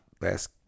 last